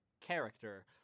character